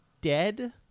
dead